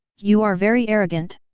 you are very arrogant.